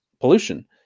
pollution